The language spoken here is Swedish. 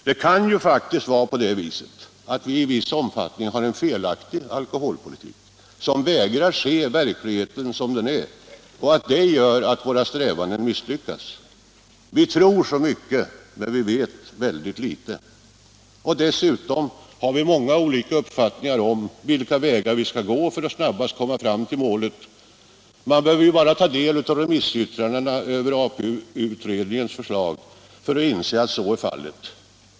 Det kan ju faktiskt vara så att vi i viss omfattning har en felaktig alkoholpolitik, som vägrar se verkligheten som den är, och att det gör att våra strävanden misslyckas. Vi tror så mycket, men vi vet väldigt litet. Dessutom har vi många olika uppfattningar om vilka vägar vi skall gå för att snabbast komma fram till målet. Man behöver bara ta del av remissyttrandena över APU-förslaget för att inse att så är fallet.